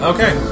Okay